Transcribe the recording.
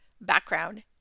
background